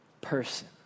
person